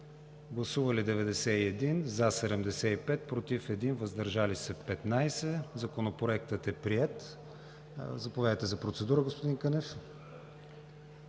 представители: за 75, против 1, въздържали се 15. Законопроектът е приет. Заповядайте за процедура, господин Кънев.